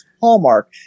hallmark